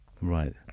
Right